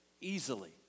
easily